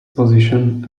position